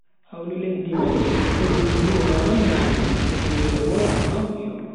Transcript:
Hawlu lesdi mai hedi hirna don naage, hedi waila bo don pewol.